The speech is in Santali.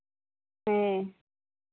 ᱦᱮᱸ